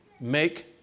Make